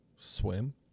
Swim